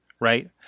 Right